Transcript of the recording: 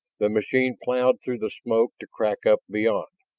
the machine plowed through the smoke to crack up beyond.